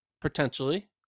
potentially